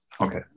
Okay